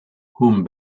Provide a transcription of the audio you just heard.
whom